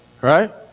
right